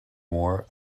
more